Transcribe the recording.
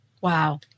Wow